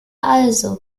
also